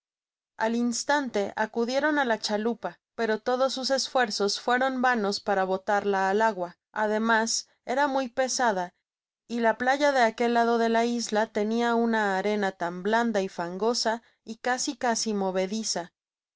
al instante acudieron á la chalupa pero todos sus esfuerzos fueron vanos para botarla al agua además era muy pesada y la playa de aquel lado de la isla tenia una arena tan blanda y fangosa y casi casi movediza